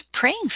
praying